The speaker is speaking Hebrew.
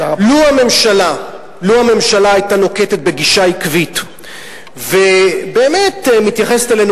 לו היתה הממשלה נוקטת גישה עקבית ובאמת מתייחסת אלינו